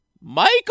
Michael